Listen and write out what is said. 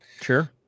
Sure